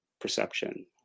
perception